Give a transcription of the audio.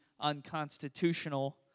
unconstitutional